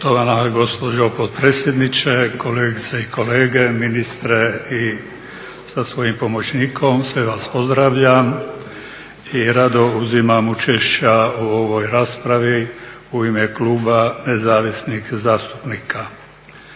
Poštovana gospođo potpredsjednice, kolegice i kolege, ministre sa svojim pomoćnikom sve vas pozdravljam i rado uzimam učešća u ovoj raspravi u ime Kluba nezavisnih zastupnika.